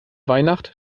weihnacht